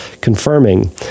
confirming